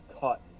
cut